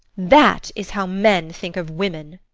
that is how men think of women.